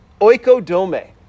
oikodome